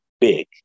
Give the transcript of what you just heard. big